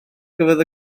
gyfer